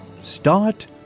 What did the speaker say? Start